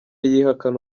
yihakana